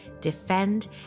defend